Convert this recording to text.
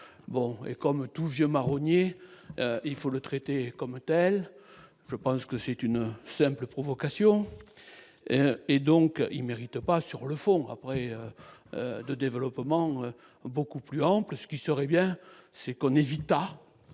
et comme tout vieux marronnier, il faut le traiter comme tels, je pense que c'est une simple provocation et donc il mérite pas sur le fond, après de développement beaucoup plus ample, ce qui serait bien c'est qu'on évite